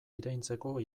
iraintzeko